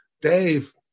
Dave